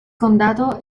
condado